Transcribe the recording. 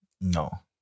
No